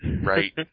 right